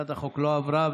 הצעת החוק לא עברה.